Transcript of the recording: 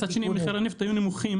מצד שני מחירי הנפט היו נמוכים.